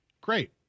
great